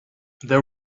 there